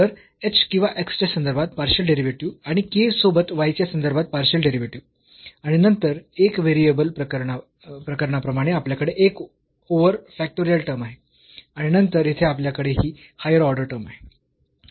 तर h किंवा x च्या संदर्भात पार्शियल डेरिव्हेटिव्ह आणि k सोबत y च्या संदर्भात पार्शियल डेरिव्हेटिव्ह आणि नंतर एक व्हेरिएबल प्रकरणाप्रमाणे आपल्याकडे एक ओव्हर फॅक्टोरियल टर्म आहे आणि नंतर येथे आपल्याकडे ही हायर ऑर्डर टर्म आहे